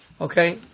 okay